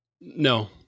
No